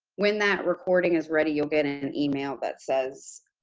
when that recording is ready, you'll get and an email that says